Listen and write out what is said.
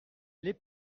les